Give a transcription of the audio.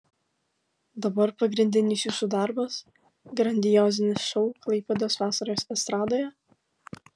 dabar pagrindinis jūsų darbas grandiozinis šou klaipėdos vasaros estradoje